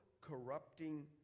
corrupting